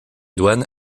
douanes